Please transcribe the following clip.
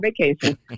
vacation